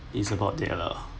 is about there lah